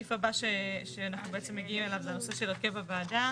הסעיף הבא שאנחנו בעצם מגיעים אליו זה הנושא של הרכב הוועדה.